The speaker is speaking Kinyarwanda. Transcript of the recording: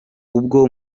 ubwo